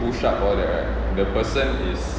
push-up all that right the person is